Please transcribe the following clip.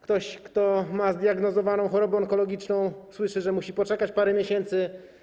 Ktoś, kto ma zdiagnozowaną chorobę onkologiczną, słyszy, że musi poczekać parę miesięcy.